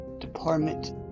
Department